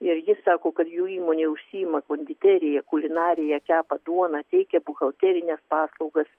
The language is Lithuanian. ir jis sako kad jų įmonė užsiima konditerija kulinarija kepa duoną teikia buhalterines paslaugas